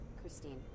Christine